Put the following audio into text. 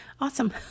Awesome